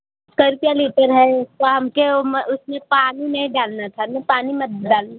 हैं उसमें पानी नहीं डालना था में पानी मत डालिए